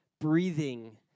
breathing